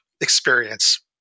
experience